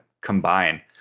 combine